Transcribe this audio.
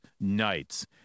nights